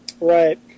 right